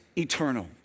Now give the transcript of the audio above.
eternal